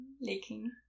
Licking